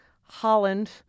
Holland